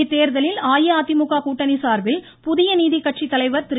இத்தேர்தலில் அஇஅதிமுக கூட்டணி சார்பில் புதிய நீதிக்கட்சி தலைவர் திரு